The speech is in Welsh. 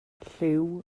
lliw